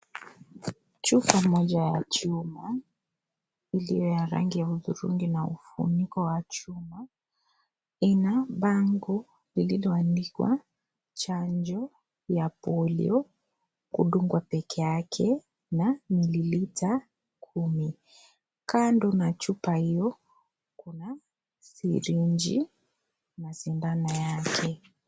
Chupa moja ya chuma, iliyo ya rangi ya hudhurungi na ufuniko wa chuma, ina bango lililoandikwa chanjo ya polio, kudungwa pekee yake na mililita kumi. Kando na chupa hiyo, kuna sirinji na sindano yake.